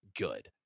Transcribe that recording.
good